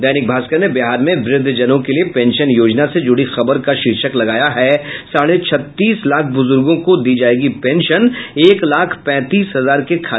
दैनिक भास्कर ने बिहार में व्रद्धजनों के लिये पेंशन योजना से जुड़ी खबर का शीर्षक लगाया है साढ़े छत्तीस लाख बुजुर्गों को दी जायेगी पेंशन एक लाख पैंतीस हजार के खाते में जमा की गई रकम